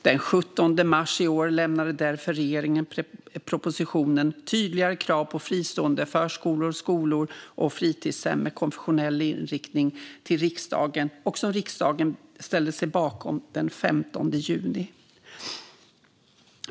Den 17 mars i år lämnade därför regeringen propositionen Tydligare krav på fristående förskolor, skolor och fritidshem med konfes sionell inriktning till riksdagen, som riksdagen ställde sig bakom den 15 juni.